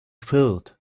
filled